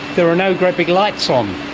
there are no great big lights on.